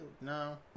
No